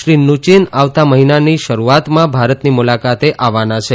Shri Mnuchin આવતા મહિનાની શરૂઆતમાં ભારતની મુલાકાતે આવવાના છે